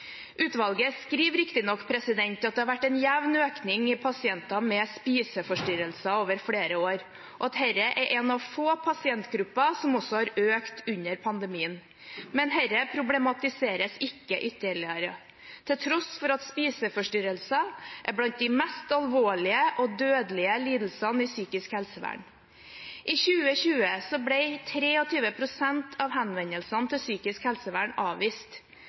Utvalget skriver riktignok at det har vært en jevn økning i pasienter med spiseforstyrrelser over flere år, og at dette er en av få pasientgrupper som også har økt under pandemien. Men dette problematiseres ikke ytterligere, til tross for at spiseforstyrrelser er blant de mest alvorlige og dødelige lidelsene i psykisk helsevern. I 2020 ble 23 pst. av henvendelsene til psykisk helsevern avvist.